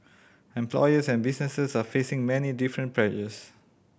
employers and businesses are facing many different pressures